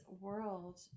world